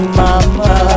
mama